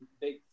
big